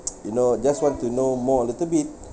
you know just want to know more a little bit